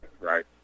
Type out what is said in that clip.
Right